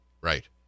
Right